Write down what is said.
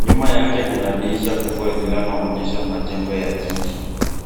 Nyuma yake kuna dirisha kubwa linaloonyesha majengo ya jiji.